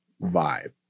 vibe